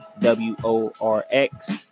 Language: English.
W-O-R-X